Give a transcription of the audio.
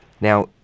Now